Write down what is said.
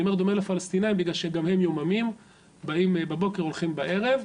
אני אומר דומה לפלשתינאים בגלל שגם הם יוממיים-באים בבוקר והולכים בערב.